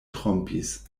trompis